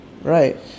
Right